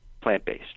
plant-based